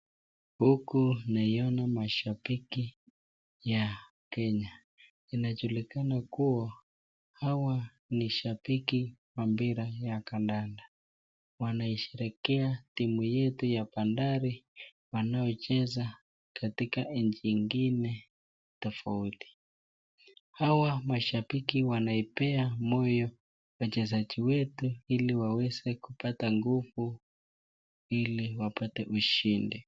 Huku nawaona mashabiki wa kenya inajulikana kuwa hawa ni shabiki wa mpira ya kandanda wanaisherehekea timu yetu ya bandari wanaocheza katika nchi ingine tofauti hawa mashabiki wanawapea moyo wachezaji wetu wetu ili waweze kupata nguvu ili wapate ushindi.